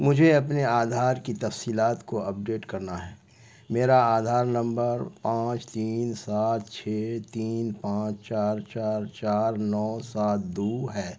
مجھے اپنے آدھار کی تفصیلات کو اپڈیٹ کرنا ہے میرا آدھار نمبر پانچ تین سات چھ تین پانچ چار چار چار نو سات دو ہے